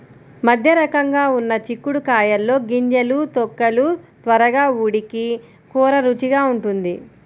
మధ్యరకంగా ఉన్న చిక్కుడు కాయల్లో గింజలు, తొక్కలు త్వరగా ఉడికి కూర రుచిగా ఉంటుంది